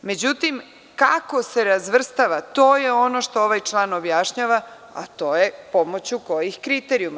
Međutim, kako se razvrstava, to je ono što ovaj član objašnjava, a to je pomoću kojih kriterijuma.